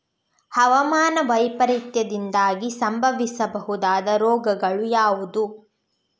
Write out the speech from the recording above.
ಹವಾಮಾನ ವೈಪರೀತ್ಯದಿಂದಾಗಿ ಸಂಭವಿಸಬಹುದಾದ ರೋಗಗಳು ಯಾವುದು?